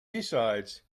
besides